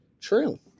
True